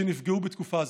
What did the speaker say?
שנפגעו בתקופה הזאת.